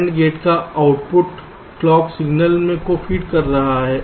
AND gate का output clock signal को feed कर रहा है